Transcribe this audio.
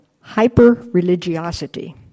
hyper-religiosity